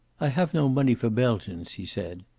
i have no money for belgians, he said.